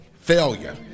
failure